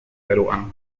peruano